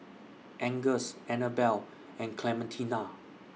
Angus Annabel and Clementina